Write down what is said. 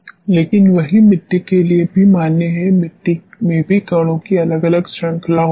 लेकिन वही मिट्टी के लिए भी मान्य है मिट्टी में भी कणों की अलग अलग श्रृंखला होती है